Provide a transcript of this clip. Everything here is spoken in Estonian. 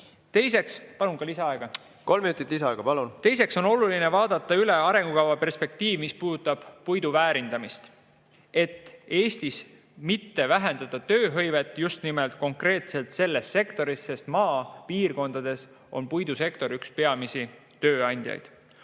kolm minutit lisaaega. Kolm minutit lisaaega, palun! Teiseks on oluline vaadata üle arengukava perspektiiv, mis puudutab puidu väärindamist, et Eestis mitte vähendada tööhõivet just nimelt konkreetselt selles sektoris, sest maapiirkondades on puidusektor üks peamisi tööandjaid.